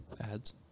ads